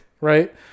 right